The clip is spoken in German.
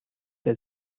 der